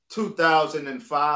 2005